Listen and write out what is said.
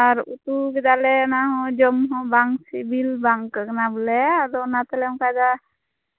ᱟᱨ ᱩᱛᱩ ᱠᱮᱫᱟᱞᱮ ᱚᱱᱟ ᱦᱚᱸ ᱡᱚᱢ ᱦᱚᱸ ᱵᱟᱝ ᱥᱤᱵᱤᱞ ᱵᱟᱝ ᱟᱹᱭᱠᱟᱹᱜ ᱠᱟᱱᱟ ᱵᱚᱞᱮ ᱟᱫᱚ ᱚᱱᱟᱛᱮᱞᱮ ᱚᱝᱠᱟᱭᱫᱟ